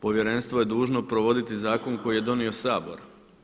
Povjerenstvo je dužno provoditi zakon koji je donio Sabor.